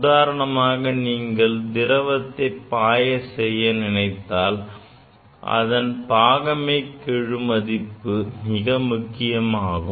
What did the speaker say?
உதாரணமாக நீங்கள் திரவத்தை பாய செய்ய நினைத்தால் அதன் பாகமைகெழு மதிப்பு மிக முக்கியமானதாகும்